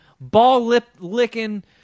ball-lip-licking